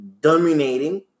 dominating